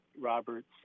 robert's